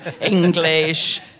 English